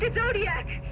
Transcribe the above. ah zodiac!